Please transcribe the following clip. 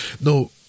No